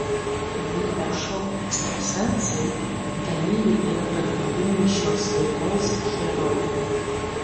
realybės šou ekstrasensai dalyviai yra pagrindiniai šios laidos herojai